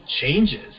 changes